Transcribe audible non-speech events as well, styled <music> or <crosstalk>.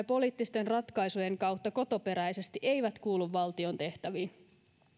<unintelligible> poliittisten ratkaisujen kautta kotoperäisesti eivät kuulu valtion tehtäviin